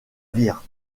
vire